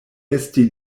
esti